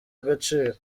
agaciro